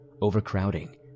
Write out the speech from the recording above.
Overcrowding